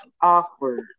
awkward